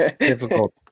Difficult